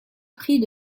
prix